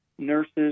nurses